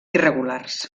irregulars